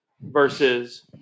versus